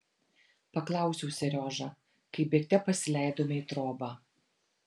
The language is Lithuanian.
paklausiau seriožą kai bėgte pasileidome į trobą